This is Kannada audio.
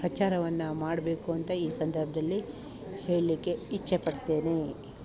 ಪ್ರಚಾರವನ್ನು ಮಾಡಬೇಕು ಅಂಥ ಈ ಸಂದರ್ಭಲ್ಲಿ ಹೇಳ್ಳಿಕ್ಕೆ ಇಚ್ಛೆ ಪಡ್ತೇನೆ